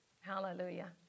Hallelujah